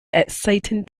exciting